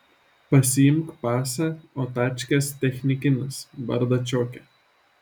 pasiimk pasą o tačkės technikinis bardačioke